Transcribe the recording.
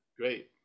Great